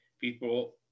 People